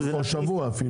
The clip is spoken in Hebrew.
אפילו השבוע.